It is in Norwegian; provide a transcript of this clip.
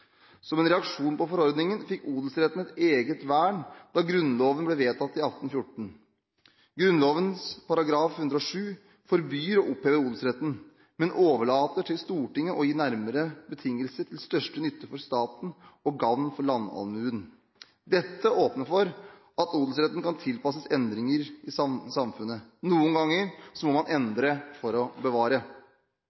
Som en reaksjon på forordningen fikk odelsretten et eget vern da Grunnloven ble vedtatt i 1814. Grunnloven § 107 forbyr å oppheve odelsretten, men overlater til Stortinget å gi nærmere betingelser «til største Nytte for Staten og Gavn for Landalmuen». Dette åpner for at odelsretten kan tilpasses endringer i samfunnet. Noen ganger må man